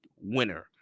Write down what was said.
winner